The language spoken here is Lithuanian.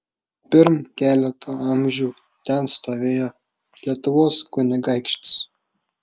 pirm keleto amžių ten stovėjo lietuvos kunigaikštis